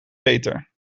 beter